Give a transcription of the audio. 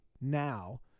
now